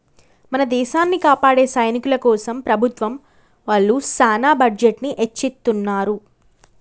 మన దేసాన్ని కాపాడే సైనికుల కోసం ప్రభుత్వం ఒళ్ళు సాన బడ్జెట్ ని ఎచ్చిత్తున్నారు